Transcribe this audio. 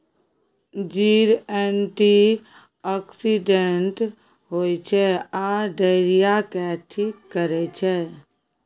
जीर एंटीआक्सिडेंट होइ छै आ डायरिया केँ ठीक करै छै